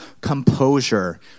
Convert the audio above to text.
composure